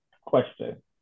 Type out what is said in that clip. question